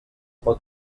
pot